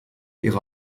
ihre